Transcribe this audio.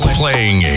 playing